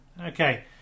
Okay